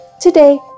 Today